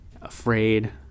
afraid